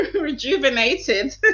rejuvenated